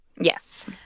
yes